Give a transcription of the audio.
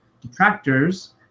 detractors